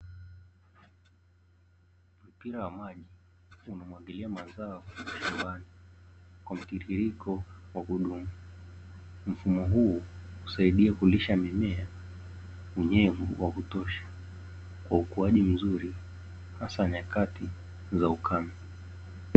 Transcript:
Mpira wa maji unamwagilia mazao shambani kwa mtiririko wa kudumu. Mfumo huu husaidia kulisha mimea unyevu wa kutosha kwa ukuaji mzuri hasa nyakati za ukame.